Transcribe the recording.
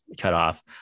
cutoff